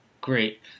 Great